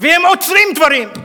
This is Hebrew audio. והם עוצרים דברים,